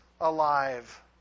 alive